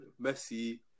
Messi